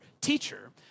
teacher